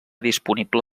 disponible